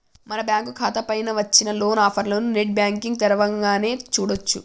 మన బ్యాంకు ఖాతా పైన వచ్చిన లోన్ ఆఫర్లను నెట్ బ్యాంకింగ్ తరవంగానే చూడొచ్చు